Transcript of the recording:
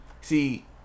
See